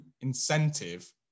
incentive